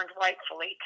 rightfully